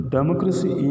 Democracy